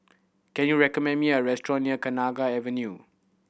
can you recommend me a restaurant near Kenanga Avenue